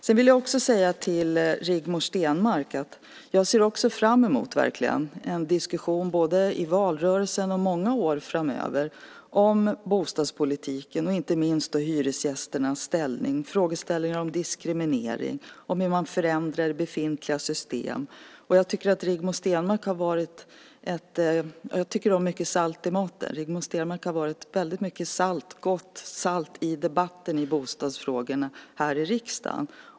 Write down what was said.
Sedan vill jag också säga till Rigmor Stenmark att jag verkligen ser fram emot en diskussion, både i valrörelsen och under många år framöver, om bostadspolitiken, och inte minst då hyresgästernas ställning, frågeställningar om diskriminering och hur man förändrar befintliga system. Jag tycker om mycket salt i maten. Rigmor Stenmark har varit väldigt mycket gott salt i debatten i bostadsfrågorna här i riksdagen.